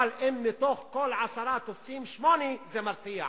אבל אם מתוך כל עשרה תופסים שמונה, זה מרתיע.